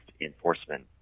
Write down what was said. enforcement